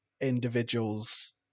Individuals